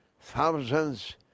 thousands